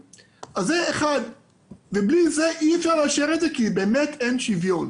ובלי זה אי אפשר לאשר את זה, כי באמת אין שוויון.